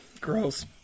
Gross